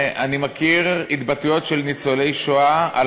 אני מכיר התבטאויות של ניצולי שואה על